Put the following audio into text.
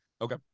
Okay